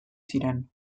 ziren